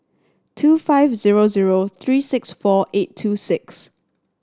two five zero zero three six four eight two six